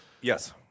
Yes